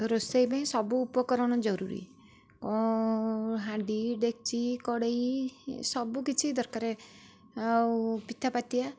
ରୋଷେଇ ପାଇଁ ସବୁ ଉପକରଣ ଜରୁରୀ ହାଣ୍ଡି ଡେକ୍ଚି କଡ଼େଇ ସବୁ କିଛି ଦରକାର ଆଉ ପିଠାପାତିଆ